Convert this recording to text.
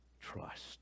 trust